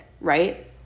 right